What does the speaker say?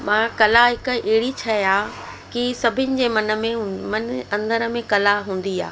मां कला हिकु अहिड़ी शइ आहे की सभिनी जे मन में हू मनु अंदरु में कला हूंदी आहे